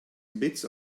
bits